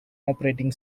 operating